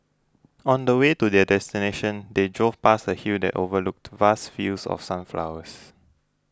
on the way to their destination they drove past a hill that overlooked vast fields of sunflowers